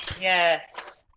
Yes